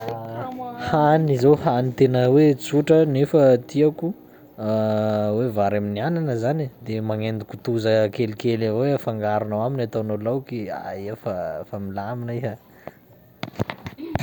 Hany zao hany tena hoe tsotra nefa tiako hoe vary amin'ny anana zany e, de magnendy kotoza kelikely avao iha afangaronao aminy ataonao laoky, ah! Iha efa- fa milamina iha.